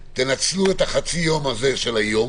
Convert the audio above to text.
שתנצלו את חצי היום הזה של היום.